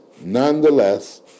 nonetheless